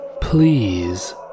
please